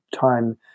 time